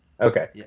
Okay